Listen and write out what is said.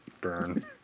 burn